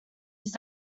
his